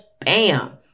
Bam